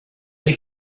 they